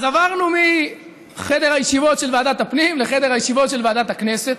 אז עברנו מחדר הישיבות של ועדת הפנים לחדר הישיבות של ועדת הכנסת,